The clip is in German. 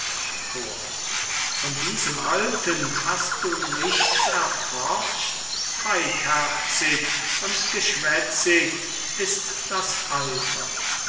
von diesem alten hast du nichts erforscht feigherzig und geschwätzig ist das alter